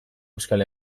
euskal